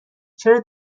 چرا